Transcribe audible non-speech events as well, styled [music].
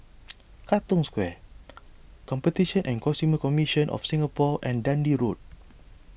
[noise] Katong Square Competition and Consumer Commission of Singapore and Dundee Road